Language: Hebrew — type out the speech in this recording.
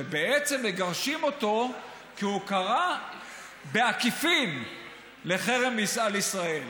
שבעצם מגרשים אותו כי הוא קרא בעקיפין לחרם על ישראל.